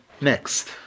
Next